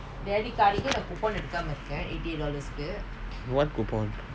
what coupon